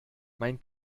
mein